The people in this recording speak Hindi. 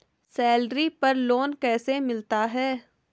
सैलरी पर लोन कैसे मिलता है?